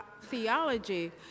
Theology